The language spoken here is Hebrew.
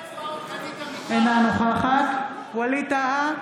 אינה נוכחת ווליד טאהא,